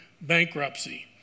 bankruptcy